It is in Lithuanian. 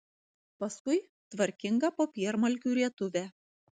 paskui tvarkingą popiermalkių rietuvę